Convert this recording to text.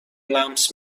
لمس